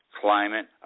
climate